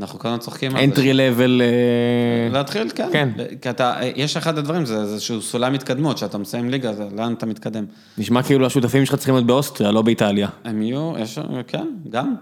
אנחנו קודם צוחקים על זה. Entry level... להתחיל? כן. כן. יש אחד הדברים, זה איזשהו סולם התקדמות, כשאתה מסיים ליגה, לאן אתה מתקדם. נשמע כאילו השותפים שלך צריכים להיות באוסטריה, לא באיטליה. הם יהיו, יש, כן, גם.